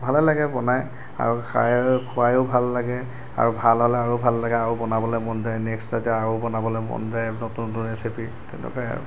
ভালেই লাগে বনাই আৰু খাই আৰু খুৱায়ো ভাল লাগে আৰু ভাল হ'লে আৰু ভাল লাগে আৰু বনাবলৈ মন যায় নেক্সট যাতে আৰু বনাবলৈ মন যায় নতুন নতুন ৰেচিপি তেনেকুৱাই আৰু